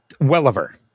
Welliver